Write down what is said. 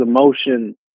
emotion